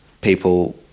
people